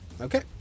Okay